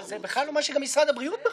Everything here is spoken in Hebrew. לאחת קוראים בני ברק.